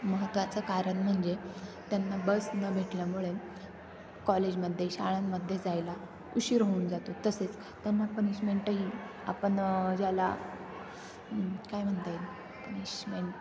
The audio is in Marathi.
महत्त्वाचं कारण म्हणजे त्यांना बस न भेटल्यामुळे कॉलेजमध्ये शाळांमध्ये जायला उशीर होऊन जातो तसेच त्यांना पनिशमेंटही आपण ज्याला काय म्हणता येईल पनिशमेंट